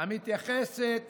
המתייחסת